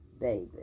baby